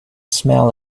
smell